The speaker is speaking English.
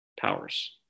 powers